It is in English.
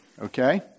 Okay